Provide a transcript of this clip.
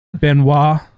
Benoit